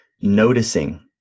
noticing